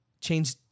change